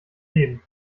leben